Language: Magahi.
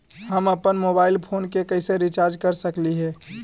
हम अप्पन मोबाईल फोन के कैसे रिचार्ज कर सकली हे?